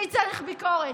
מי צריך ביקורת?